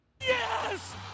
Yes